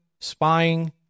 spying